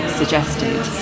suggested